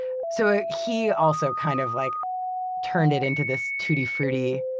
so he also kind of like turned it into this tutti-frutti,